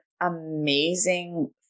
amazing